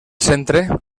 centre